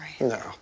No